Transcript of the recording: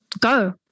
go